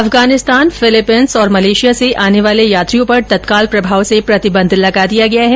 Afghanistan Philippines और Malaysia से आने वाले यात्रियों पर ं तत्काल प्रभाव से प्रतिबंध लगा दिया गया है